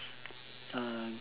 uh